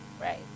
right